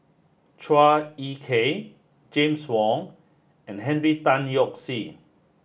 Chua Ek Kay James Wong and Henry Tan Yoke See